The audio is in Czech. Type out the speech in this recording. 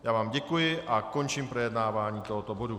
Já vám děkuji a končím projednávání tohoto bodu.